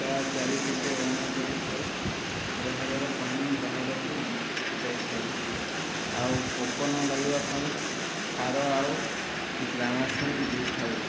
ତା ଚାରି ପଟେ ଅଣା କରିଥାଉ ଯାହାଦ୍ୱାରା ପାଣି ବାହାରକୁ ଯାଇଥାଏ ଆଉ ପୋକ ନଲାଗିବା ପାଇଁ ଖାର ଆଉ ଗ୍ୟାମାସିନ ଦେଇଥାଉ